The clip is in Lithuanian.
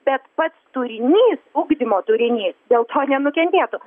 bet pats turinys ugdymo turinys dėl to nenukentėtų